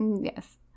Yes